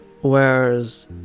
Whereas